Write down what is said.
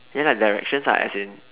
ya lah the directions lah as in